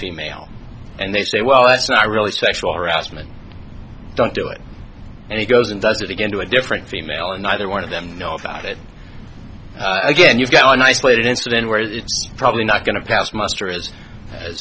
female and they say well that's not really sexual harassment don't do it and he goes and does it again to a different female and neither one of them know about it again you've got an isolated incident where it's probably not going to pass muster